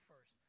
first